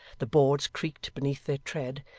the boards creaked beneath their tread,